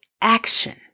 action